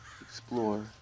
explore